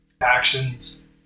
actions